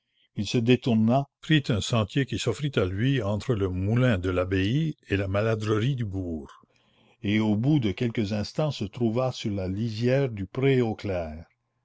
il se détourna prit un sentier qui s'offrit à lui entre le moulin de l'abbaye et la maladrerie du bourg et au bout de quelques instants se trouva sur la lisière du pré aux clercs